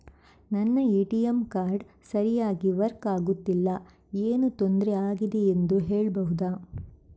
ನನ್ನ ATM card ಸರಿಯಾಗಿ work ಆಗುತ್ತಿಲ್ಲ, ಏನು ತೊಂದ್ರೆ ಆಗಿದೆಯೆಂದು ಹೇಳ್ಬಹುದಾ?